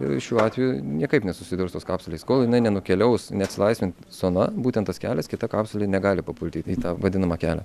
ir šiuo atveju niekaip nesusidurs tos kapsulės kol jinai nenukeliaus neatlaisvins zona būtent tas kelias kita kapsulė negali papulti į tą vadinamą kelią